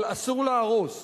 אבל אסור להרוס.